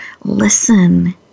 listen